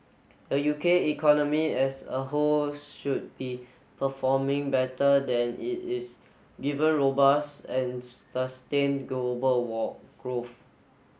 the U K economy as a whole should be performing better than it is given robust and sustained global war growth